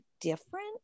different